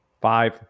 Five